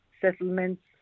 settlements